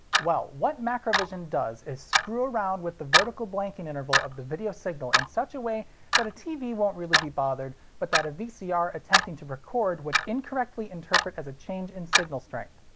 well, what macrovision does is screw around with the vertical blanking interval of the video signal in such a way that a tv won't really be bothered, but that a vcr attempting to record would incorrectly interpret as a change in signal strength.